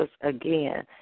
again